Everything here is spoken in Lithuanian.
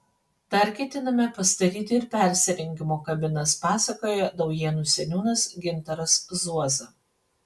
dar ketiname pastatyti ir persirengimo kabinas pasakoja daujėnų seniūnas gintaras zuoza